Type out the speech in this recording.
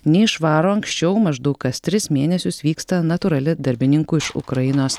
neišvaro anksčiau maždaug kas tris mėnesius vyksta natūrali darbininkų iš ukrainos